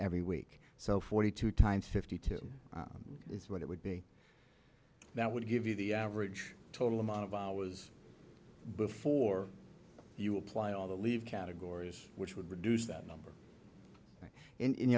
every week so forty two times fifty two is what it would be that would give you the average total amount of hours before you apply all the leave categories which would reduce that number in